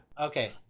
Okay